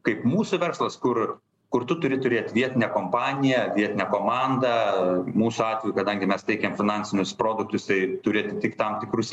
kaip mūsų verslas kur kur tu turi turėt vietinę kompaniją vietinę komandą mūsų atveju kadangi mes teikiam finansinius produktus tai turėti tik tam tikrus